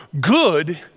Good